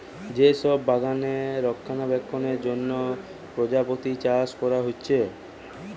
যে সব বাগানে রক্ষণাবেক্ষণের জন্যে প্রজাপতি চাষ কোরা হচ্ছে